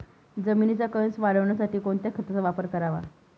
जमिनीचा कसं वाढवण्यासाठी कोणत्या खताचा वापर करावा?